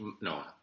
no